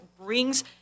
brings